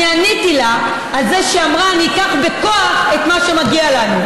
אני עניתי לה על זה שהיא אמרה: ניקח בכוח את מה שמגיע לנו.